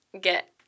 get